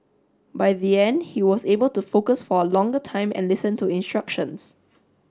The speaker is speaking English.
by the end he was able to focus for a longer time and listen to instructions